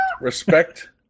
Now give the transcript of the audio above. respect